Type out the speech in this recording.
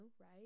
right